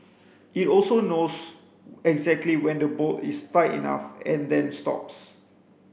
it also knows exactly when the bolt is tight enough and then stops